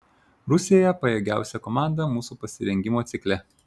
rusija pajėgiausia komanda mūsų pasirengimo cikle